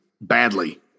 badly